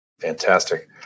Fantastic